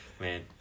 Man